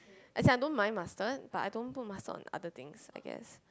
as in I don't mind mustard but I don't put mustard on other things I guess